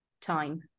time